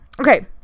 Okay